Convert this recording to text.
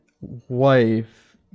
wife